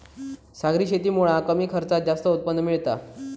सागरी शेतीमुळा कमी खर्चात जास्त उत्पन्न मिळता